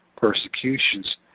persecutions